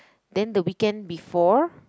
then the weekend before